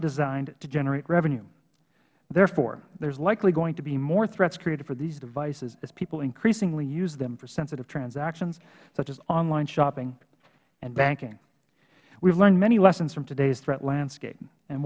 designed to generate revenue therefore there is likely going to be more threats created for these devices as people increasingly use them for sensitive transactions such as on line shopping and banking we have learned many lessons from today's threat landscape and